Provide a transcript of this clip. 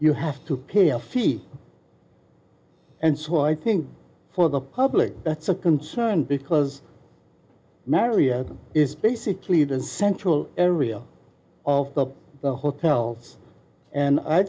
you have to pay a fee and so i think for the public that's a concern because marion is basically the central area of the hotels and i